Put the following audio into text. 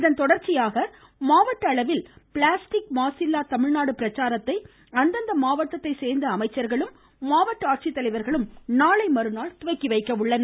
இதன் தொடர்ச்சியாக மாவட்ட அளவில் பிளாஸ்டிக் மாசில்லா தமிழ்நாடு பிரச்சாரத்தை அந்தந்த மாவட்டத்தை சேர்ந்த அமைச்சர்களும் மாவட்ட ஆட்சித்தலைவர்களும் நாளை மற்றாள் துவக்கிவைக்கின்றனர்